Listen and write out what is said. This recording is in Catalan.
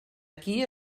aquí